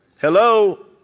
Hello